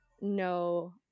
no